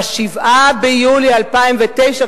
ב-7 ביולי 2009,